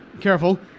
Careful